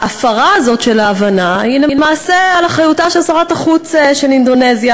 ההפרה הזאת של ההבנה היא למעשה על אחריותה של שרת החוץ של אינדונזיה,